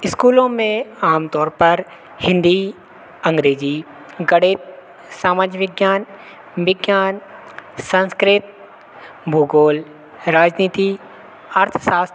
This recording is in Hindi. स्कूलों में आमतौर पर हिन्दी अंग्रेज़ी गणित समाज विज्ञान विज्ञान सांस्कृत भुगोल राजनीति अर्थशस्त्र